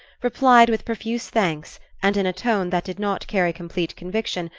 replied, with profuse thanks, and in a tone that did not carry complete conviction,